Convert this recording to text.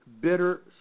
bitter